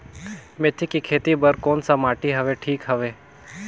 मेथी के खेती बार कोन सा माटी हवे ठीक हवे?